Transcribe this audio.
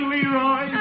Leroy